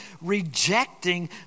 rejecting